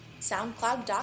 SoundCloud.com